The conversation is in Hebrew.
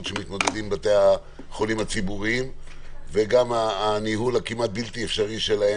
של בתי החולים הציבוריים וגם הניהול הבלתי-אפשרי שלהם,